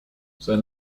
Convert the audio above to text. sein